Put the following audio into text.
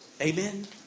Amen